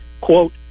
quote